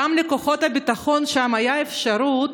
לכוחות הביטחון שם גם הייתה אפשרות,